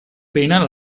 pena